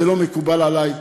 זה לא מקובל עלי.